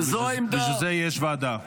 בשביל זה יש ועדה.